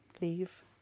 leave